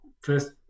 first